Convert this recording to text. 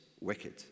wicked